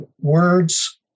words